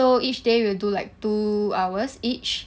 so each day we will do like two hours each